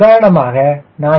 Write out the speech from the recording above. உதாரணமாக நான் 0